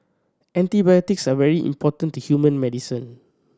antibiotics are very important to human medicine